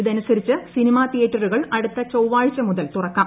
ഇതനുസരിച്ച് സിനിമാ തിയേറ്ററുകൾ അടുത്ത ചൊവ്വാഴ്ച മുതൽ തുറക്കാം